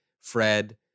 Fred